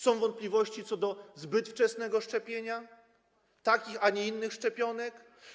Są wątpliwości dotyczące zbyt wczesnego szczepienia, takich a nie innych szczepionek.